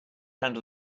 under